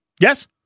Yes